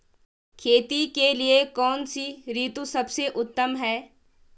खेती के लिए कौन सी ऋतु सबसे उत्तम है?